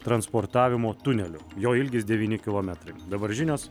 transportavimo tuneliu jo ilgis devyni kilometrai dabar žinios